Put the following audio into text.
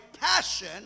passion